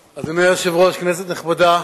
היושב-ראש, כנסת נכבדה,